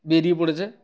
বেরিয়ে পড়ছে